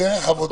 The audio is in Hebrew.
כדרך עבודה.